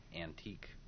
antique